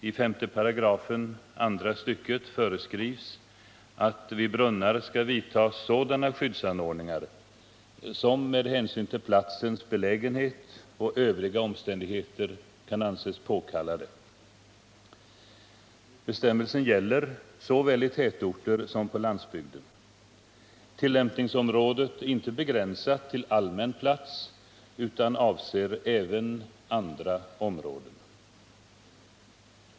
I 5 § andra stycket föreskrivs att vid brunnar 26 oktober 1978 skall vidtas sådana skyddsanordningar som med hänsyn till platsens belägenhet och övriga omständigheter kan anses påkallade. Bestämmelsen gäller såväl i tätorter som på landsbygden. Tillämpningsområdet är inte begränsat till allmän plats utan avser även andra områden.